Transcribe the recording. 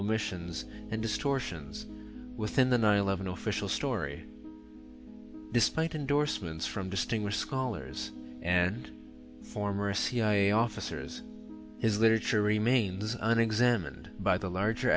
omissions and distortions within the nine eleven official story despite endorsements from distinguished scholars and former cia officers his literature remains on examined by the larger